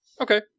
Okay